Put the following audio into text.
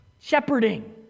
shepherding